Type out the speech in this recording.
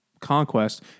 conquest